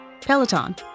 Peloton